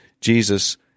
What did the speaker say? Jesus